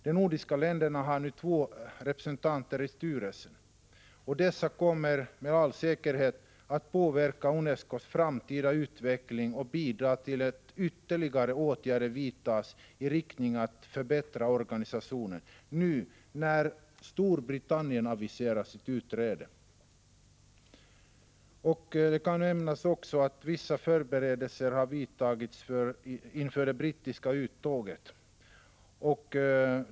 De nordiska länderna har nu två representanter i styrelsen, och dessa kommer med all säkerhet att påverka UNESCO:s framtida utveckling och bidra till att ytterligare åtgärder vidtas i riktning mot att förbättra organisationen nu när Storbritannien aviserar sitt utträde. Det kan också nämnas att vissa förberedelser har vidtagits inför det brittiska uttåget.